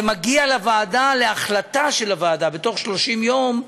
זה מגיע לוועדה, להחלטה של הוועדה בתוך 30 יום,